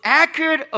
accurate